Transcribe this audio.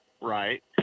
right